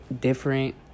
different